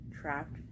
trapped